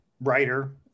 writer